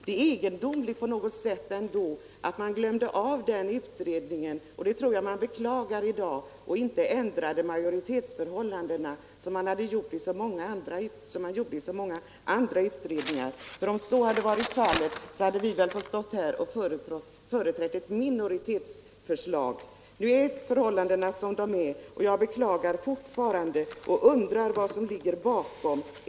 Det är ändå egendomligt — och det tror jag att man beklagar från regeringshåll i dag — att man glömde den utredningen och inte ändrade majoritetsförhållandena där, som man gjorde i så många andra utredningar. Om så blivit fallet hade vi väl fått stå här och företräda ett minoritetsförslag. Nu är förhållandena sådana de är, och jag beklagar fortfarande fru Mogårds ställningstagande och undrar vad som ligger bakom.